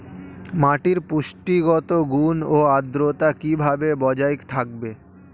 মাটির পুষ্টিগত গুণ ও আদ্রতা কিভাবে বজায় থাকবে?